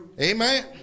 Amen